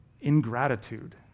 ingratitude